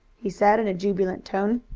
he said in a jubilant tone.